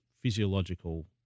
physiological